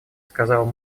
сказала